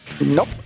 Nope